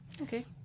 Okay